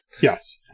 Yes